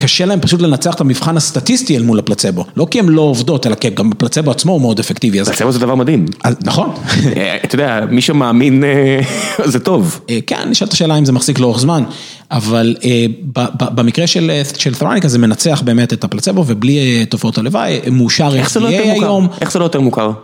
קשה להם פשוט לנצח את המבחן הסטטיסטי אל מול הפלצבו. לא כי הם לא עובדות, אלא כי גם הפלצבו עצמו הוא מאוד אפקטיבי. הפלצבו זה דבר מדהים. נכון. אתה יודע, מי שמאמין, זה טוב. כן, אני נשאלת השאלה אם זה מחזיק לאורך זמן, אבל במקרה של טראניקה זה מנצח באמת את הפלצבו, ובלי תופעות הלוואי, מאושר איך שתהיה היום. איך זה לא יותר מוכר?